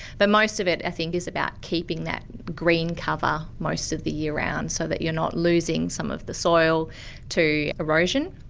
but most of it, i think, is about keeping that green cover most of the year round so that you are not losing some of the soil to erosion,